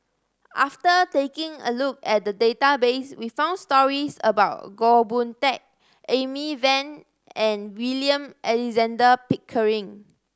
after taking a look at the database we found stories about Goh Boon Teck Amy Van and William Alexander Pickering